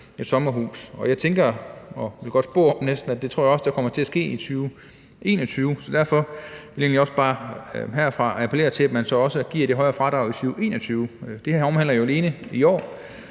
et sommerhus, og jeg tænker og vil næsten godt spå om, at det også kommer til at ske i 2021. Derfor vil jeg egentlig bare herfra appellere til, at man så også giver det højere fradrag i 2021. Det her omhandler jo alene i år,